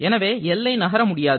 எனவே எல்லை நகர முடியாது